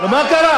נו, מה קרה?